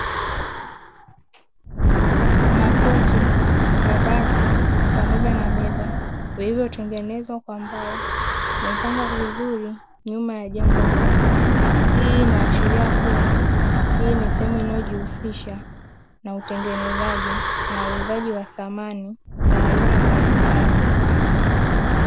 Makochi, kabati pamoja na meza; vilivyotengenezwa kwa mbao vimepangwa vizuri nyuma ya jengo moja. Hii inaashiria kuwa hii ni sehemu inayojihusisha na utengenezaji na uuzaji wa samani za aina mbalimbali.